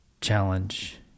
challenge